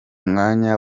mwanya